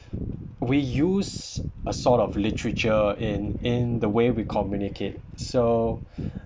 we use a sort of literature in in the way we communicate so